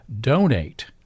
donate